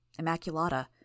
Immaculata